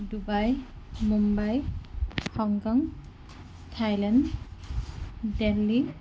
Dubai Mumbai Hong Kong Thailand Delhi